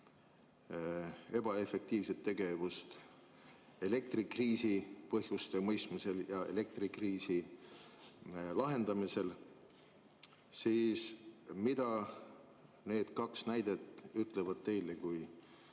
ebaefektiivset tegevust elektrikriisi põhjuste mõistmisel ja elektrikriisi lahendamisel. Mida need kaks näidet ütlevad teile kui